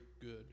good